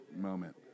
moment